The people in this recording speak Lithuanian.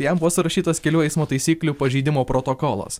jam buvo surašytas kelių eismo taisyklių pažeidimo protokolas